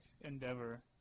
endeavor